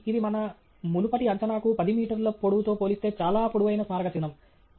కాబట్టి ఇది మన మునుపటి అంచనాకు 10 మీటర్ల పొడవుతో పోలిస్తే చాలా పొడవైన స్మారక చిహ్నం